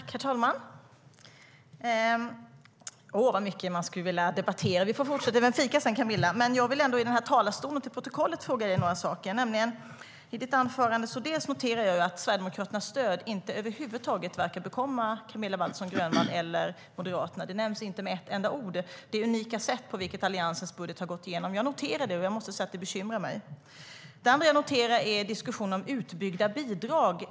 Herr talman! Åh, vad mycket det är som jag skulle vilja debattera! Vi får fortsätta över en fika sedan, Camilla. Jag vill ändå i den här talarstolen för protokollets skull fråga dig några saker. Det andra jag noterar är diskussionen om utbyggda bidrag.